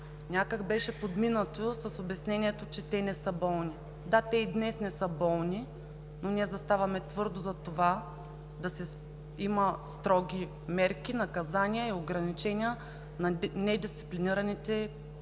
някак беше подминато с обяснението, че те не са болни. Да, те и днес не са болни, но ние заставаме твърдо зад това да има строги мерки, наказания и ограничения на недисциплинираните и